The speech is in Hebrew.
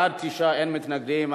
בעד, 9, אין מתנגדים.